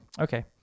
Okay